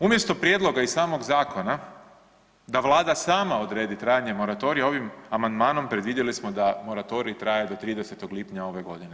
Umjesto prijedloga iz samog zakona da Vlada sama odredi trajanje moratorija, ovim amandmanom predvidjeli smo da moratorij traje do 30. lipnja ove godine.